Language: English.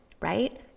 right